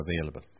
available